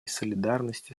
солидарности